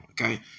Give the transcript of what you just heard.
okay